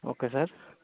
okay sir